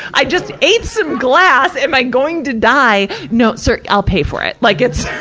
i just ate some glass. am i going to die? no, sir, i'll pay for it. like it's,